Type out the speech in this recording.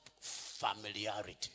familiarity